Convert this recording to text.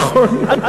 נכון, נכון.